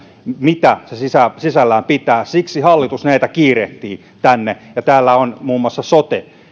mitä se sisällään pitää siksi hallitus näitä kiirehtii tänne täällä on muun muassa sote